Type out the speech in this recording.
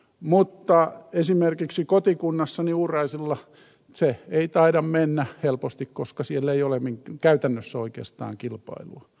mutta esimerkiksi kotikunnassani uuraisilla se ei taida mennä helposti koska siellä ei ole käytännössä oikeastaan kilpailua